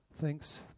Thanks